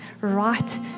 right